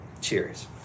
Cheers